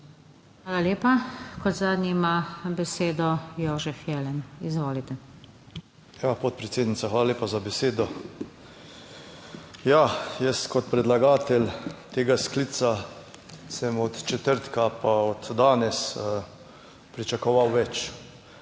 Hvala lepa. Kot zadnji ima besedo Jožef Jelen. Izvolite. JOŽEF JELEN (PS SDS): Ja, podpredsednica, hvala lepa za besedo. Ja, jaz kot predlagatelj tega sklica sem od četrtka pa od danes pričakoval več.